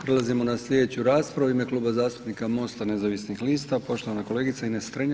Prelazimo na sljedeću raspravu u ime Kluba zastupnika MOST-a nezavisnih lista poštovana kolegica Ines Strenja.